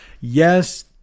Yes